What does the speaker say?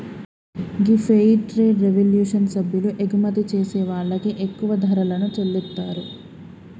గీ fair trade revolution సభ్యులు ఎగుమతి చేసే వాళ్ళకి ఎక్కువ ధరలను చెల్లితారు